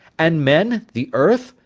and men the earth,